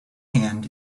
hand